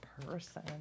person